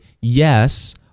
yes